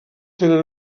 tenen